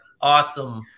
awesome